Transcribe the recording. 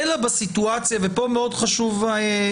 כאן מאוד חשובה,